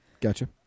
gotcha